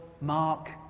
Mark